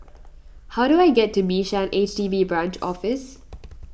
how do I get to Bishan H D B Branch Office